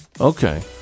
Okay